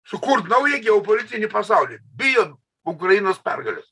sukurt naują geopolitinį pasaulį bijo ukrainos pergalės